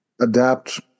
adapt